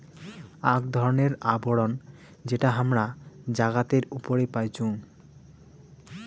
আক ধরণের আবরণ যেটা হামরা জাগাতের উপরে পাইচুং